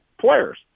players